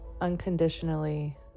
unconditionally